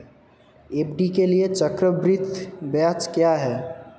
FD के लिए चक्रवृद्धि ब्याज क्या है?